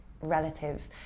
relative